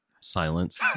silence